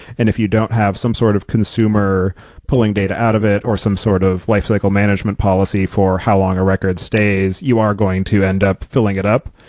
and if you don't have some sort of consumer pulling data out of it or some sort of lifecycle management policy for how long a record stays, you are going to end up filling it up.